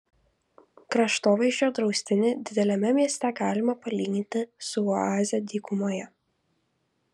kraštovaizdžio draustinį dideliame mieste galima palyginti su oaze dykumoje